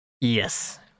yes